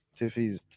TV